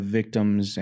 victims